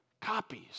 copies